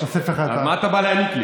אני אוסיף לך את, על מה אתה בא להעניק לי?